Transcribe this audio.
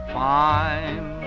fine